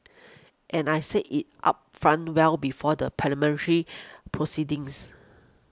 and I said it upfront well before the Parliamentary proceedings